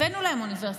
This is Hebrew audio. הבאנו להם אוניברסיטה.